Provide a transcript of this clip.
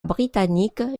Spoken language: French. britannique